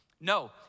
No